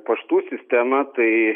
paštų sistema tai